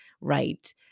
right